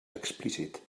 explícit